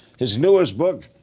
his newest book,